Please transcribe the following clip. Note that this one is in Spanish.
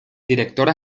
directora